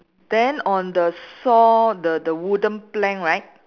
then on the saw the the wooden plank right